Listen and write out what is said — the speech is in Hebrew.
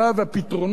והפתרונות לשם כך,